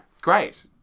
Great